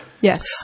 Yes